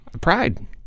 pride